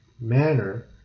manner